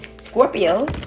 scorpio